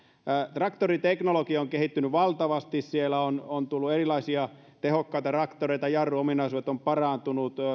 traktoriteknologia on kehittynyt valtavasti siellä on on tullut erilaisia tehokkaita traktoreita jarruominaisuudet ovat parantuneet